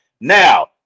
Now